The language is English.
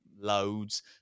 loads